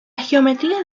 geometría